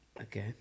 okay